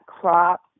crop